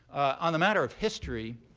on the matter of history,